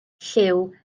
llyw